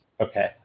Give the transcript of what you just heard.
okay